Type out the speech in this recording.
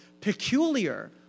peculiar